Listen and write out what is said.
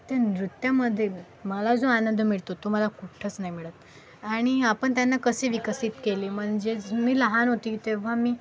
त्या नृत्यामध्ये मला जो आनंद मिळतो तो मला कुठंच नाही मिळत आणि आपण त्यांना कसे विकसित केले म्हणजेच मी लहान होती तेव्हा मी